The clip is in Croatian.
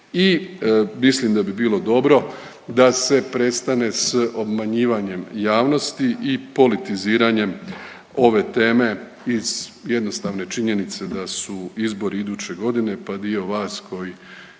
i mislim da bi bilo dobro da se prestane s obmanjivanjem javnosti i politiziranjem ove teme iz jednostavne činjenice da su izbori iduće godine, pa dio vas koji